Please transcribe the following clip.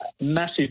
Massive